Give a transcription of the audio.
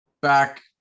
back